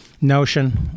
notion